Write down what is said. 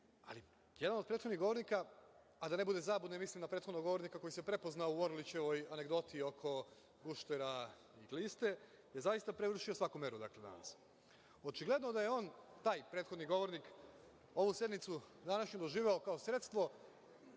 reda. Jedan od prethodnih govornika, a da ne bude zabune, mislim na prethodnog govornika koji se prepoznao u Orlićevoj anegdoti oko guštera i gliste, je prevršio svaku meru danas. Očigledno je da je on, taj prethodni govornik, ovu sednicu današnju doživeo kao sredstvo